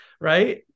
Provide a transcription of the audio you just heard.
right